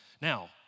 Now